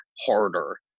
harder